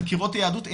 חקירות היהדות,